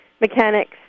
mechanics